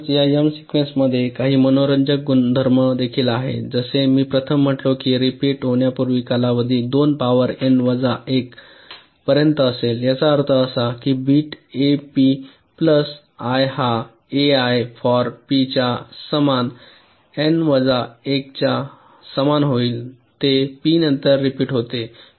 म्हणूनच या M sequence मध्ये काही मनोरंजक गुणधर्म देखील आहेत जसे मी प्रथम म्हटले आहे रिपीट होण्यापूर्वीचा कालावधी 2 पावर N वजा 1 पर्यंत असेल याचा अर्थ असा की bit A P plus I हा ए आय फॉर पी च्या समान एन वजा 1 च्या समान होईल ते पी नंतर रिपीट होते